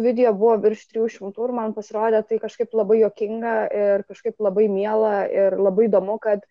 vidijo buvo virš trijų šimtų ir man pasirodė tai kažkaip labai juokinga ir kažkaip labai miela ir labai įdomu kad